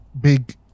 big